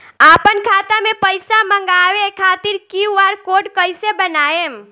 आपन खाता मे पईसा मँगवावे खातिर क्यू.आर कोड कईसे बनाएम?